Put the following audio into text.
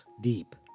deep